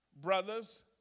brothers